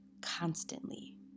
constantly